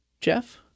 Jeff